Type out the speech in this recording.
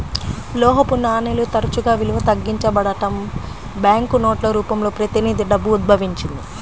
లోహపు నాణేలు తరచుగా విలువ తగ్గించబడటం, బ్యాంకు నోట్ల రూపంలో ప్రతినిధి డబ్బు ఉద్భవించింది